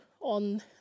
on